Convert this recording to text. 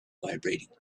vibrating